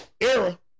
Era